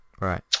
Right